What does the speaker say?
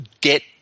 get